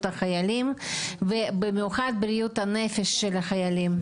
החיילים ובמיוחד בריאות הנפש של החיילים.